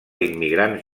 immigrants